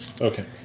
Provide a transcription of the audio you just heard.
Okay